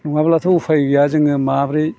नङाब्लाथ' उफाय गैया जोङो माब्रै